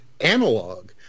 analog